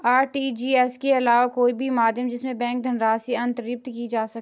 RTGS के अलावा कोई और माध्यम जिससे बैंक धनराशि अंतरित की जा सके?